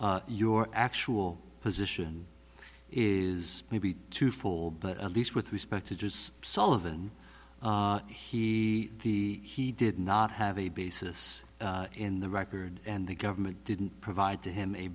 your actual position is maybe two fold but at least with respect to just sullivan he the he did not have a basis in the record and the government didn't provide to him a